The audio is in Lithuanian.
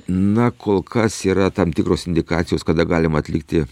na kol kas yra tam tikros indikacijos kada galima atlikti